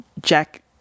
Jack